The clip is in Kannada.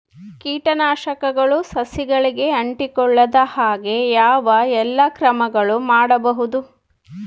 ಕೇಟನಾಶಕಗಳು ಸಸಿಗಳಿಗೆ ಅಂಟಿಕೊಳ್ಳದ ಹಾಗೆ ಯಾವ ಎಲ್ಲಾ ಕ್ರಮಗಳು ಮಾಡಬಹುದು?